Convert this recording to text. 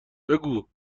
بگو